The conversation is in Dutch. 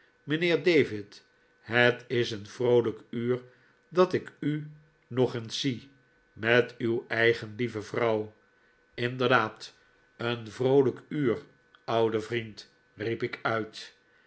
mijnheer david het is een vroolijk uur dat ik u nog eens zie met uw eigen lieve vrouw inderdaad een vroolijk uur oude vriend riep ik uit